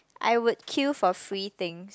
I would queue for free things